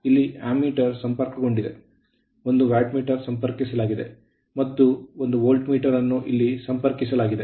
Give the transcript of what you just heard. ಇಲ್ಲಿ ಆಮ್ಮೀಟರ್ ಸಂಪರ್ಕಗೊಂಡಿದೆ ಒಂದು ವ್ಯಾಟ್ ಮೀಟರ್ ಸಂಪರ್ಕಿಸಲಾಗಿದೆ ಮತ್ತು ಒಂದು ವೋಲ್ಟ್ ಮೀಟರ್ ಅನ್ನು ಇಲ್ಲಿ ಸಂಪರ್ಕಿಸಲಾಗಿದೆ